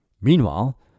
Meanwhile